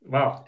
Wow